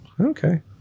Okay